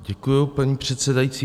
Děkuji, paní předsedající.